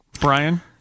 Brian